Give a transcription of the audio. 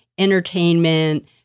entertainment